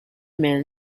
man